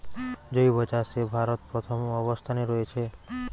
জৈব চাষে ভারত প্রথম অবস্থানে রয়েছে